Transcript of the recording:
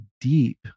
deep